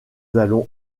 allons